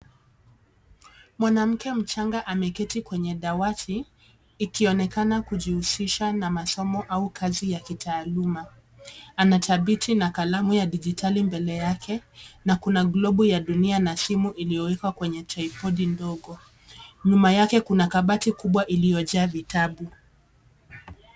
Mwanamke mchanga ameketi kwenye dawati ikionekana kujihusisha na masomo au kazi ya kitaaluma anatabiti na kalamu ya kidijitali mbele yake na kuna globu ya dunia na simu iliyowekwa kwenye tripodi ndogo.